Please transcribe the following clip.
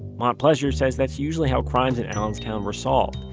montplaisir says that's usually how crimes in allenstown were solved.